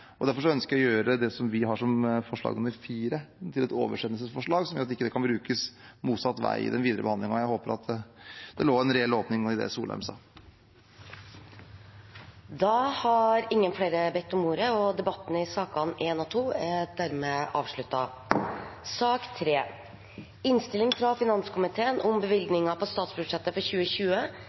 Derfor ønsker jeg å gjøre forslag nr. 4 om til et oversendelsesforslag, som gjør at det ikke kan brukes motsatt vei i den videre behandlingen. Jeg håper at det lå en reell åpning nå i det Wang Soleim sa. Flere har ikke bedt om ordet til sakene nr. 1 og 2. Etter ønske fra finanskomiteen vil presidenten ordne debatten på følgende måte: 5 minutter til hver partigruppe og